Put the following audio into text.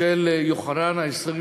של יוחנן ה-23,